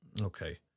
Okay